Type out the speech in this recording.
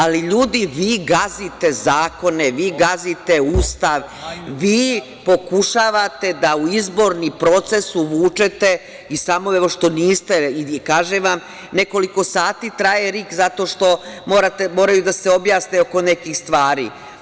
Ali, ljudi, vi gazite zakone, vi gazite Ustav, vi pokušavate da u izborni proces uvučete, i samo evo što niste, i kažem vam nekoliko sati traje RIK zato što moraju da se objasne oko nekih stvari.